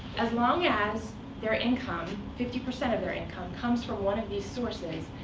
as long as their income fifty percent of their income comes from one of these sources,